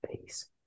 peace